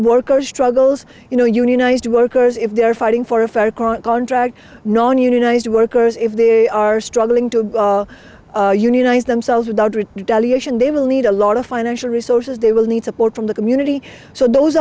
workers struggles you know unionized workers if they're fighting for a fair current contract non unionized workers if they are struggling to unionize themselves without it they will need a lot of financial resources they will need support from the community so those